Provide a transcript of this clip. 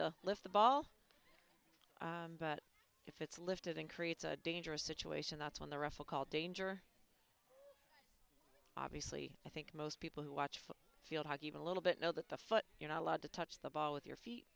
to lift the ball if it's lifted in creates a dangerous situation that's when the ruffle called danger obviously i think most people who watch for field hockey even a little bit know that the foot you're not allowed to touch the ball with your feet